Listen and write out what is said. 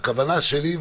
הכוונה שלי,